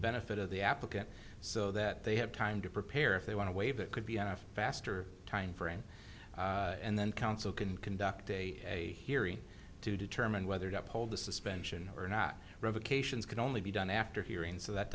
benefit of the applicant so that they have time to prepare if they want to waive it could be on a faster timeframe and then counsel can conduct a hearing to determine whether to uphold the suspension or not revocations can only be done after hearing so that